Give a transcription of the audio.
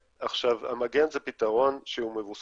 עכשיו, המגן הוא פתרון שמבוסס